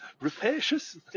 rapacious